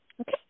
Okay